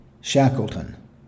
Shackleton